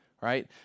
right